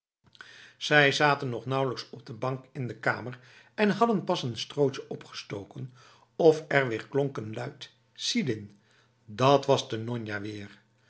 zij zaten nog nauwelijks op de bank in de kamer en hadden pas n strootje opgestoken of er weerklonk n luid sidin dat was de njonja weer